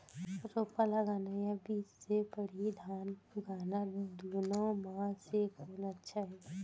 रोपा लगाना या बीज से पड़ही धान उगाना दुनो म से कोन अच्छा हे?